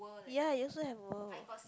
ya you also have world